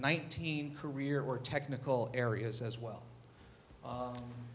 nineteen career or technical areas as well